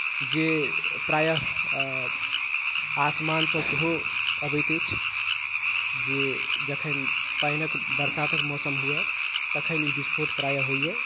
जे प्रायः आसमानसँ सेहो अबैत अछि जे जखन पानिक बरसातक मौसम हुए तखन ई बिस्फोट प्रायः होइए